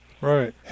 Right